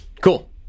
Cool